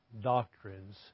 doctrines